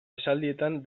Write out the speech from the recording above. esaldietan